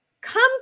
come